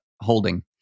holding